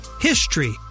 HISTORY